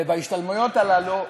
ובהשתלמויות הללו,